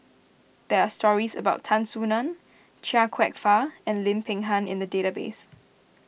there are stories about Tan Soo Nan Chia Kwek Fah and Lim Peng Han in the database